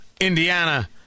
Indiana